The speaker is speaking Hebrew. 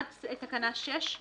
עד תקנה 6,